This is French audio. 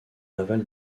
aval